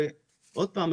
ועוד פעם,